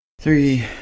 Three